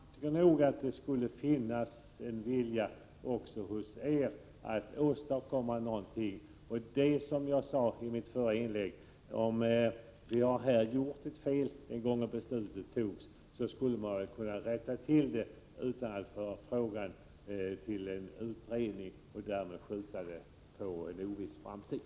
Jag tycker att det borde finnas en vilja också hos er att åstadkomma något på den punkten. Som jag sade i mitt förra inlägg: Om man en gång har fattat ett felaktigt beslut, borde det kunna rättas till utan att frågan överlämnas till en utredning, där dess avgörande skjuts på en oviss framtid.